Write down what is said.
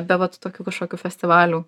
be vat tokių kažkokių festivalių